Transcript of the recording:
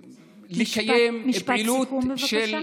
ולקיים פעילות של, משפט סיכום, בבקשה.